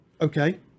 Okay